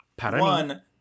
one